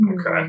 Okay